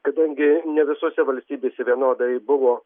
kadangi ne visose valstybėse vienodai buvo